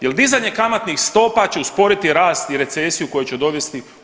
Jer dizanje kamatnih stopa će usporiti rast i recesiju koja će dovesti.